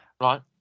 Right